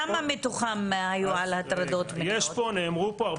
כמה מתוכם היו על הטרדות מיניות?